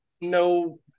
no